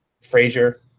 Frazier